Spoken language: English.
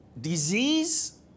disease